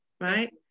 right